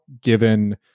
given